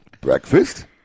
Breakfast